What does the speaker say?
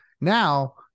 Now